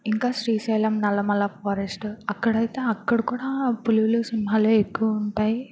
ఇంకా శ్రీశైలం నల్లమల ఫారెస్ట్ అక్కడైతే అక్కడ కూడా పులులు సింహాలే ఎక్కువ ఉంటాయి